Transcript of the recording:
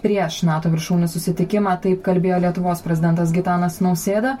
prieš nato viršūnių sutikimą taip kalbėjo lietuvos prezidentas gitanas nausėda